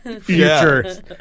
future